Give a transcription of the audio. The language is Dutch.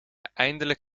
eindelijk